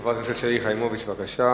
חברת הכנסת שלי יחימוביץ, בבקשה.